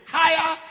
higher